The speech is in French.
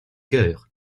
chœurs